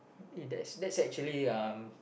eh that that's actually uh